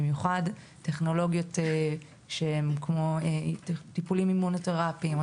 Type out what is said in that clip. במיוחד טכנולוגיות כמו טיפולים אימונותרפיים או